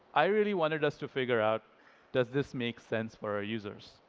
i really wanted us to figure out does this make sense for our users.